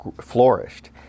flourished